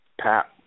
Pat